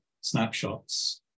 snapshots